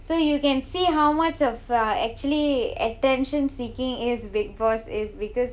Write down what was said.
so you can see how much of ah actually attention seeking is bigg boss is because